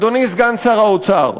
אדוני סגן שר האוצר,